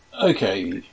Okay